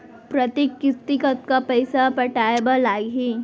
प्रति किस्ती कतका पइसा पटाये बर लागही?